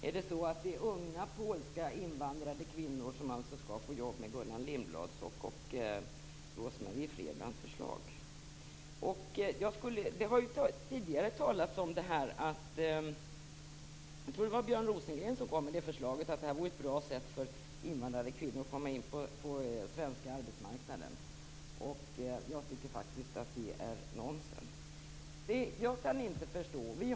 Är det så att det är unga, polska, invandrade kvinnor som skall få jobb med Gullan Det har ju tidigare talats om - jag tror att det var Björn Rosengren som kom med förslaget - att det här vore ett bra sätt för invandrade kvinnor att komma in på den svenska arbetsmarknaden. Jag tycker faktiskt att det är nonsens. Jag kan inte förstå det.